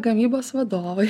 gamybos vadovai